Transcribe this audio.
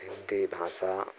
हिन्दी भाषा